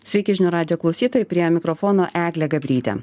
sveiki žinių radijo klausytojai prie mikrofono eglė gabrytė